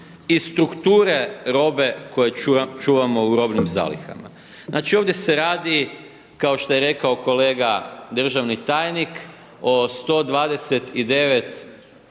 i strukture robe koju čuvamo u robnim zalihama. Znači ovdje se radi kao što je rekao kolega državni tajnik, o 129